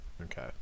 okay